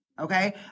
Okay